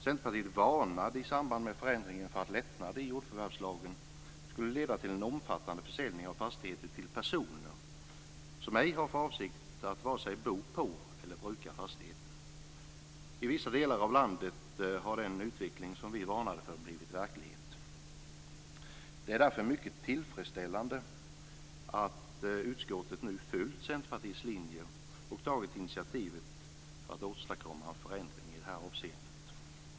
Centerpartiet varnade i samband med förändringen för att lättnader i jordförvärvslagen skulle leda till en omfattande försäljning av fastigheter till personer som ej har för avsikt att vare sig bo på eller bruka fastigheten. I vissa delar av landet har den utveckling som vi varnade för blivit verklighet. Det är därför mycket tillfredsställande att utskottet nu följt Centerpartiets linje och tagit initiativ till att åstadkomma förändring i detta avseende.